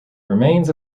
remains